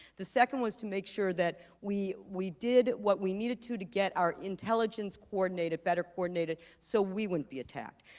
the second was to make sure that we we did what we needed to to get our intelligence coordinated, better coordinated, so we wouldn't be attacked,